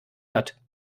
hat